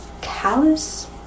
callous